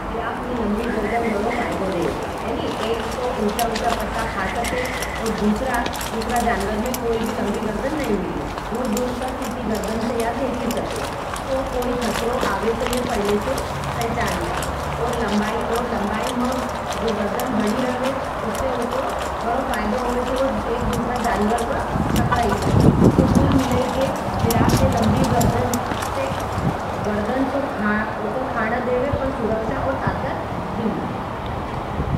जिरापनी लंभी गर्दन गणों फायदों देवे। है नी, एक तो उँचा-उँचा पत्ता खा सके और दूसरा जानवर में कोई भी लंभी गर्दन नहीं मिले। दूर दूर तक एकी गर्दन से या देखी सके। सो कोई खत्रों आवे तो ये पहले से पहचान जावे और लंबाई में और लंबाई में जो गर्दन बड़ी रहे उससे उको बड़ो फायदों होवे कि वो एक दूसरा जानवर का टकराई सके। तो कुल मिलाई के जिरापने लंबी गर्दन से गर्दन तो उको खाना देवे पर सुरक्षा और ताकत भी मिले।